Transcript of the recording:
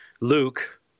Luke